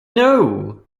know